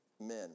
men